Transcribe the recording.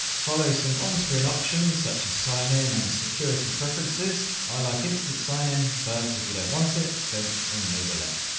follow some on-screen options such as sign-in and security preferences. i like instant sign-in but if you don't want it don't enable it.